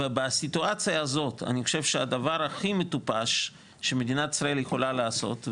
בסיטואציה הזו אני חושב שהדבר הכי מטופש שמדינת ישראל יכולה לעשות,